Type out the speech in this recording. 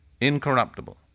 incorruptible